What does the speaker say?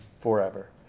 forever